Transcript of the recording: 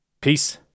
Peace